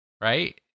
Right